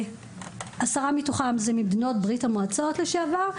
כשעשרה מתוכם זה ממדינות ברית המועצות לשעבר,